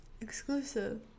Exclusive